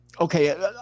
Okay